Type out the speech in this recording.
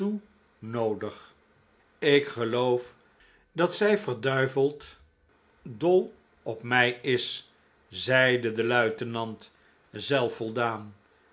noodig ik geloof dat zij verd dol op mij is zeide de luitenant